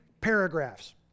paragraphs